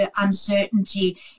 uncertainty